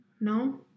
No